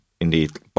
indeed